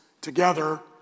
together